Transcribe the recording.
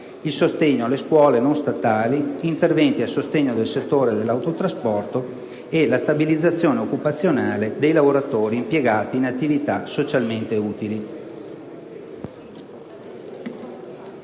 il sostegno alle scuole non statali; interventi a sostegno del settore dell'autotrasporto; la stabilizzazione occupazionale dei lavoratori impiegati in attività socialmente utili.